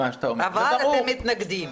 -- אבל אתם מתנגדים.